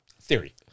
theory